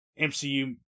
MCU